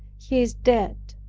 he is dead,